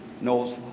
knows